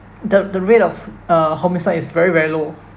the the rate of uh homicide is very very low